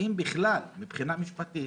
האם בכלל מבחינה משפטית